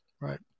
Right